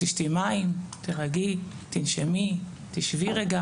תשתי מים, תרגעי, תנשמי, תשבי רגע